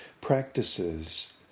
practices